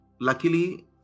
Luckily